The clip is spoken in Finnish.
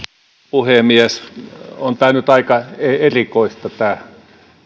puhemies on tämä nyt aika erikoista tämä